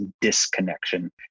disconnection